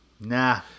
Nah